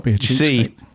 See